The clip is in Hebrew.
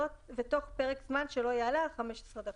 ותוך פרק זמן שלא יעלה על 15 דקות,"